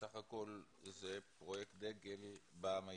בסך הכול זה פרויקט דגל בעם היהודי.